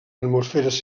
atmosferes